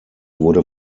wurde